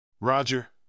Roger